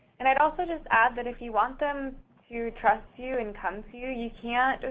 and i'd also just add that if you want them to trust you and come to you, you can't